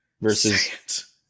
Versus